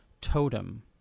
totem